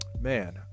man